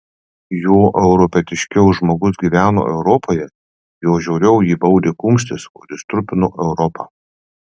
juo europietiškiau žmogus gyveno europoje juo žiauriau jį baudė kumštis kuris trupino europą